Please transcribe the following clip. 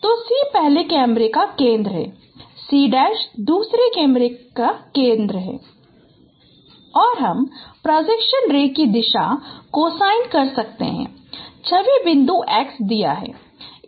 तो C पहले कैमरे का केंद्र है C दूसरे कैमरे का केंद्र है और हम प्रोजेक्शन रे की दिशा कोसाइन कर सकते हैं छवि बिंदु x दिया है